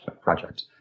project